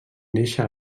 néixer